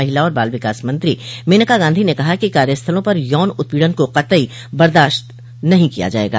महिला और बाल विकास मंत्री मेनका गांधी ने कहा ह कि कार्य स्थलों पर यौन उत्पीड़न को कतई सहन नहीं किया जाएगा